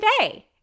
today